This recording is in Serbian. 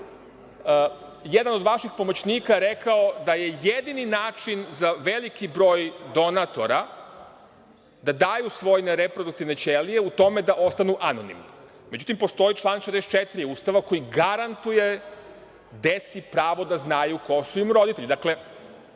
jedan od vaših pomoćnika je rekao da je jedini način za veliki broj donatora, da daju svoje reproduktivne ćelije, u tome da ostanu anonimni. Međutim, postoji član 64. Ustava koji garantuje deci pravo da znaju ko su im roditelji. Dakle,